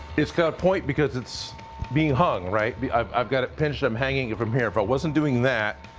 it's got a point because it's being hung, right? but i've i've got pinched, i'm hanging from here. if i wasn't doing that,